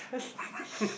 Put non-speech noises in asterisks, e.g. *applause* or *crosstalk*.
*laughs*